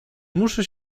muszę